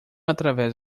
através